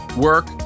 work